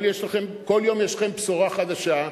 כל יום יש לכם בשורה חדשה.